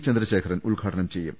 ചന്ദ്രശേഖരൻ ഉദ്ഘാടനം ചെയ്യും